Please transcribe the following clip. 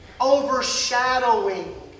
overshadowing